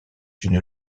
une